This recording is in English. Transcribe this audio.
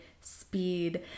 speed